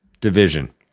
Division